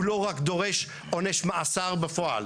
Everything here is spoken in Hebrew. הוא לא רק דורש עונש מאסר בפועל,